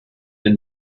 been